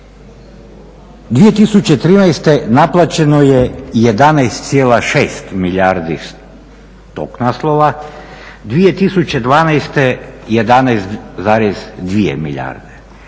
2013. naplaćeno je 11,6 milijardi tog naslova, 2012. 11,2 milijarde.